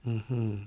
(uh huh)